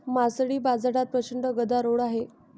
मासळी बाजारात प्रचंड गदारोळ आहे